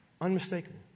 Unmistakable